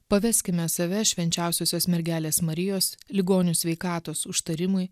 paveskime save švenčiausiosios mergelės marijos ligonių sveikatos užtarimui